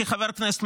כחבר כנסת,